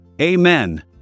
Amen